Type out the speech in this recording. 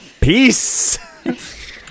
Peace